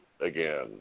again